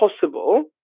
possible